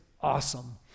awesome